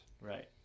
Right